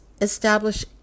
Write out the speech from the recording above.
establish